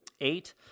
eight